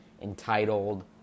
entitled